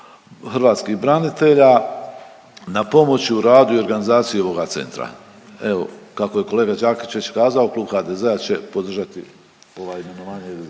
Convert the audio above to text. hrvatskih branitelja na pomoći u radu i organizaciji ovoga centra. Evo kako je kolega Đakić već kazao Klub HDZ-a će podržati ova imenovanja